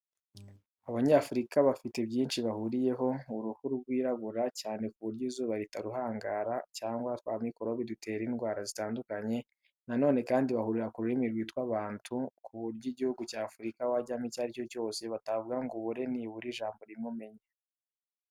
Abanyafurika bafite byinshi bahuriyeho, uruhu rwirabura cyane ku buryo izuba ritaruhangara cyangwa twa mikorobe dutera indwara zitandukanye, na none kandi bahurira ku rurimi rwitwa Bantu, ku buryo igihugu cya Afurika wajyamo icyo ari cyo cyose, batavuga ngo ubure nibura ijambo rimwe umenya.